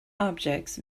objects